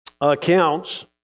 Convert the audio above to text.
Accounts